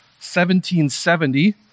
1770